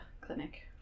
clinic